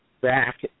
back